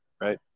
right